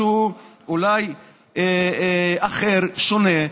משהו אולי אחר, שונה.